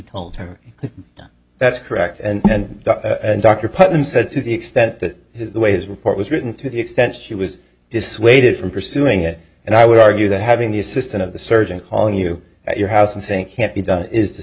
told her that's correct and the doctor put him said to the extent that the way his report was written to the extent she was dissuaded from pursuing it and i would argue that having the assistant of the surgeon calling you at your house and saying can't be done is